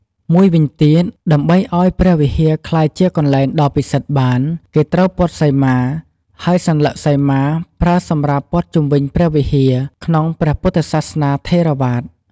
មួយវិញទៀត ដើម្បីឱ្យព្រះវិហារក្លាយជាកន្លែងដ៏ពិសិដ្ឋបាន គេត្រូវព័ទ្ធសីមា ហើយសន្លឹកសីមា ប្រើសម្រាប់ព័ន្ធជុំវិញព្រះវិហារ ក្នុងព្រះពុទ្ធសាសនាថេរវាទ។